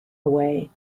away